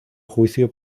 juicio